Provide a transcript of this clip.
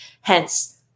Hence